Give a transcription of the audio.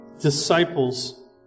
disciples